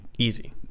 Easy